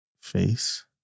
face